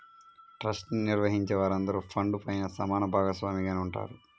trust ని నిర్వహించే వారందరూ ఫండ్ పైన సమాన భాగస్వామిగానే ఉంటారు